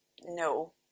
no